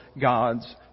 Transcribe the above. God's